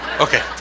Okay